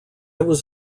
was